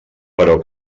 però